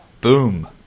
Boom